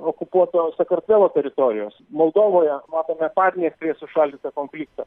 okupuoto sakartvelo teritorijos moldovoje matome padniestrės sušaldytą konfliktą